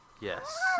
Yes